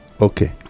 Okay